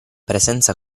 presenza